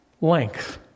length